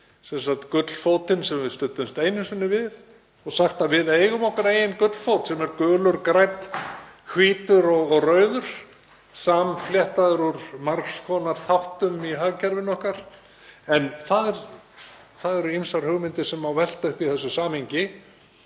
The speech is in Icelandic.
borð við gullfótinn sem við studdumst einu sinni við og sagt að við eigum okkar eigin gullfót, sem er gulur, grænn, hvítur og rauður, samfléttaður úr margs konar þáttum í hagkerfinu okkar. Það eru ýmsar hugmyndir sem má velta upp í þessu samhengi.